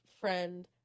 friend